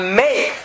make